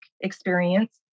experience